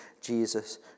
Jesus